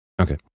okay